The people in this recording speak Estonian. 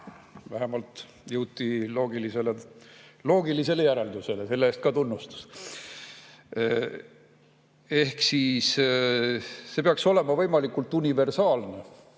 vähemalt jõuti loogilisele järeldusele. Selle eest ka tunnustus! Ehk siis see peaks olema võimalikult universaalne